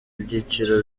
ibyiciro